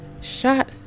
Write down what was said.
shot